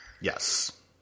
Yes